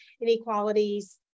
inequalities